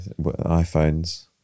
iPhones